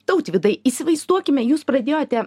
tautvydai įsivaizduokime jūs pradėjote